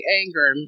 anger